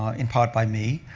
um in part by me,